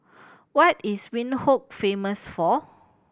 what is Windhoek famous for